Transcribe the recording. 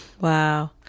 Wow